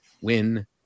win